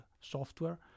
software